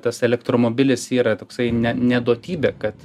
tas elektromobilis yra toksai ne ne duotybė kad